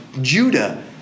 Judah